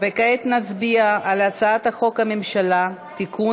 כעת נצביע על הצעת חוק הממשלה (תיקון,